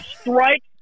strike